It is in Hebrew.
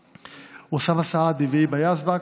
אוסאמה סעדי והיבה יזבק,